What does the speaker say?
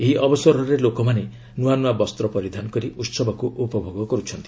ଏହି ଅବସରରେ ଲୋକମାନେ ନୂଆନୂଆ ବସ୍ତ୍ର ପରିଧାନ କରି ଉତ୍ସବକୁ ଉପଭୋଗ କର୍ଛନ୍ତି